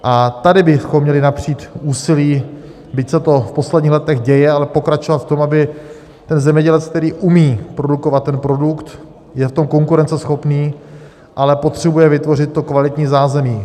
A tady bychom měli napřít úsilí, byť se to v posledních letech děje, ale pokračovat v tom, aby zemědělec, který umí produkovat ten produkt, je v tom konkurenceschopný, ale potřebuje vytvořit kvalitní zázemí.